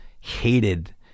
hated